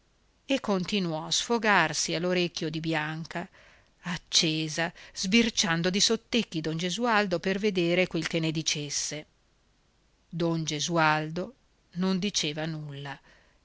continuò a sfogarsi all'orecchio di bianca accesa sbirciando di sottecchi don gesualdo per vedere quel che ne dicesse don gesualdo non diceva nulla